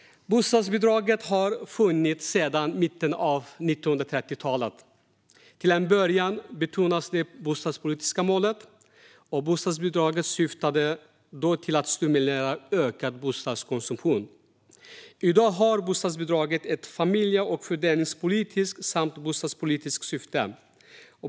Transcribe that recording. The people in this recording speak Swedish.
Bostadsbidraget har funnits sedan mitten av 1930-talet. Till en början betonades det bostadspolitiska målet. Bostadsbidraget syftade då till att stimulera ökad bostadskonsumtion. I dag har bostadsbidraget ett familje och fördelningspolitiskt samt bostadspolitiskt syfte.